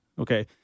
okay